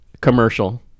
commercial